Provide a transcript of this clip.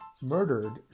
murdered